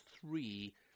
three